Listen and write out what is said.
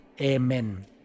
Amen